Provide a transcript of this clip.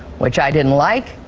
which i didn't like,